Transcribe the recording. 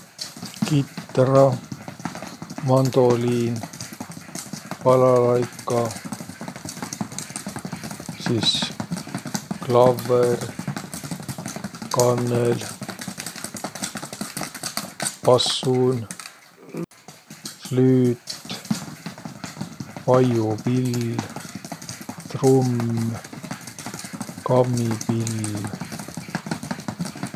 Kitra, mandoliin, balalaika, sis klavvõr, kannõl, passun, flüüt, paiupill, trumm, kammipill.